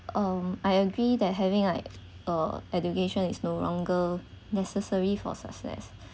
um I agree that having like uh education is no longer necessary for success